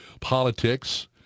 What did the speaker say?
politics